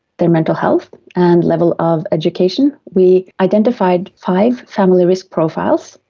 their mental health and level of education we identified five family risk profiles.